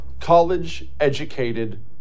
college-educated